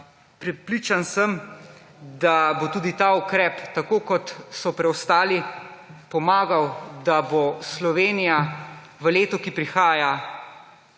prepričan sem, da bo tudi ta ukrep, tako kot so preostali, pomagal, da bo Slovenija v letu, ki prihaja